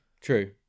true